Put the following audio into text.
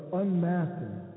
unmasking